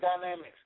dynamics